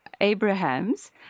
Abrahams